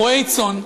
רועי צאן,